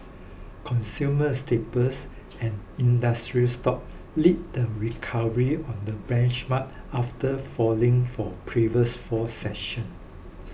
consumer staples and industrial stocks lead the recovery on the benchmark after falling for previous four sessions